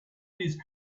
these